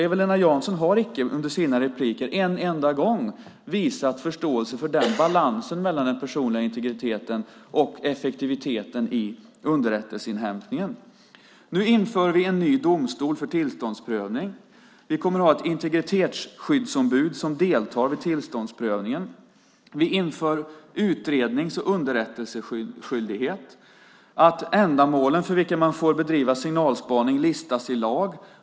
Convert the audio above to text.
Eva-Lena Jansson har inte en enda gång i sina inlägg visat förståelse för balansen mellan den personliga integriteten och effektiviteten i underrättelseinhämtningen. Nu inför vi en ny domstol för tillståndsprövning. Vi kommer att ha ett integritetsskyddsombud som deltar vid tillståndsprövningen. Vi inför utrednings och underrättelseskyldighet. Ändamålen för vilka man får bedriva signalspaning listas i lag.